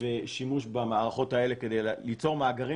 ושימוש במערכות האלה כי ליצור מאגרים